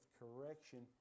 correction